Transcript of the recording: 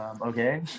Okay